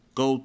go